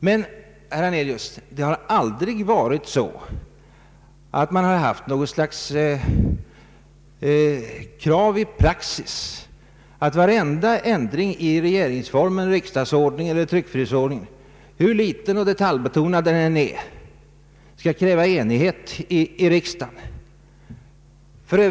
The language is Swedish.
Men, herr Hernelius, man har aldrig haft något slags krav i praxis att det för varje ändring av regeringsform, riksdagsordning eller tryckfrihetsförordning, hur liten och detaljbetonad den än är, skulle krävas enighet i riksdagen.